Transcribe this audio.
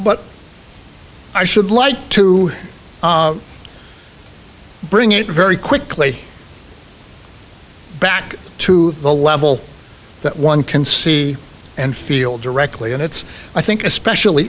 but i should like to bring it very quickly back to the level that one can see and feel directly and it's i think especially